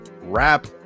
wrap